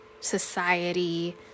society